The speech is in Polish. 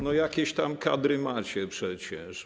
No jakieś tam kadry macie przecież.